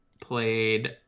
played